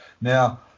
Now